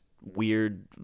weird